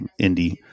indie